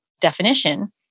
definition